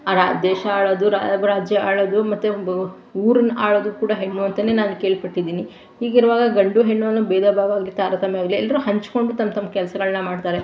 ಅ ರಾ ದೇಶ ಆಳೋದು ರಾಜ್ಯ ಆಳೋದು ಮತ್ತೆ ಊರ್ನ ಅಳೋದು ಕೂಡ ಹೆಣ್ಣು ಅಂತಲೇ ನಾನು ಕೇಳ್ಪಟ್ಟಿದ್ದೀನಿ ಹೀಗಿರುವಾಗ ಗಂಡು ಹೆಣ್ಣು ಅನ್ನೋ ಬೇಧ ಭಾವ ತಾರತಮ್ಯ ಇಲ್ಲ ಎಲ್ರೂ ಹಚ್ಕೊಂಡು ತಮ್ಮ ತಮ್ಮ ಕೆಲಸಗಳ್ನ ಮಾಡ್ತಾರೆ